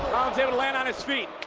able to land on his feet,